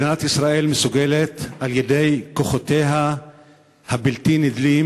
מדינת ישראל מסוגלת על-ידי כוחותיה הבלתי-נדלים,